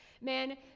Man